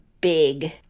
big